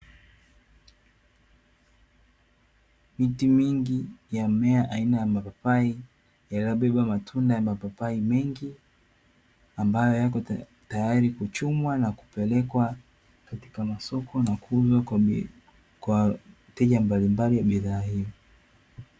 Miti mingi ya mmea aina ya mapapai ya labeba matunda ya mapapai mengi ambayo yako tayari kuchumwa na kupelekwa katika masoko na kuuzwa kwa wateja mbalimbali bidhaa hiyo.